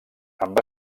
amb